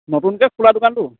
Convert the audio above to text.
নতুনকে খোলা দোকানটো